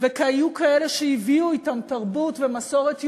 והיו כאלה שהביאו אתם תרבות ומסורת יהודית,